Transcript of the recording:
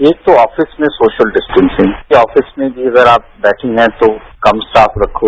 एक तो आफिस में सोशल डिस्टेसिंग कि आफिस में भी अगर आप बैठे है तो कम स्टॉफ रखें